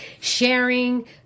sharing